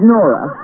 Nora